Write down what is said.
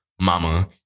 mama